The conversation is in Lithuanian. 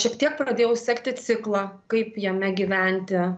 šiek tiek pradėjau sekti ciklą kaip jame gyventi